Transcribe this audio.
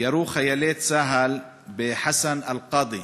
ירו חיילי צה"ל בחסן אל-קאדי,